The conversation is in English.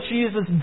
Jesus